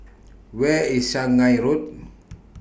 Where IS Shanghai Road